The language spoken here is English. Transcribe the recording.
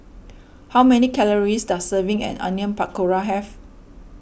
how many calories does serving an Onion Pakora have